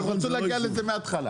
הם רצו להגיע לזה מהתחלה.